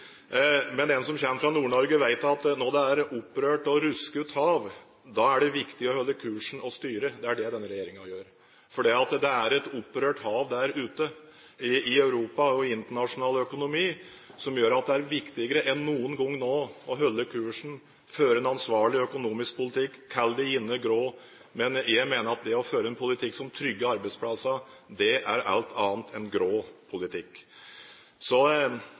Men en som kommer fra Nord-Norge, vet at når det er opprørt og «ruskut» hav, da er det viktig å holde kursen og styre. Det er det denne regjeringen gjør. Det er et opprørt hav der ute i Europa og i internasjonal økonomi, som gjør at det er viktigere enn noen gang nå å holde kursen og føre en ansvarlig økonomisk politikk – kall den gjerne grå, men jeg mener at det å føre en politikk som trygger arbeidsplassene, er alt annet enn grå politikk.